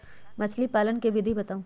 मछली पालन के विधि बताऊँ?